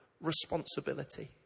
responsibility